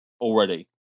already